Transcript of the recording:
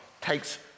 takes